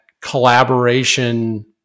collaboration